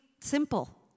simple